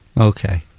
Okay